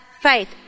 faith